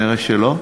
נראה שלא.